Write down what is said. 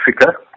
Africa